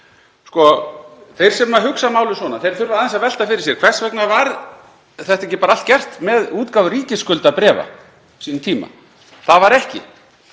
Þeir sem hugsa málið svona þurfa aðeins að velta fyrir sér hvers vegna þetta var ekki bara allt gert með útgáfu ríkisskuldabréfa á sínum tíma. Það var ekki.